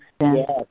Yes